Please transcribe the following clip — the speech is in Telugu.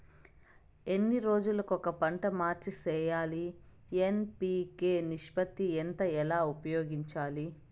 ఎన్ని రోజులు కొక పంట మార్చి సేయాలి ఎన్.పి.కె నిష్పత్తి ఎంత ఎలా ఉపయోగించాలి?